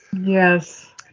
Yes